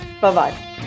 Bye-bye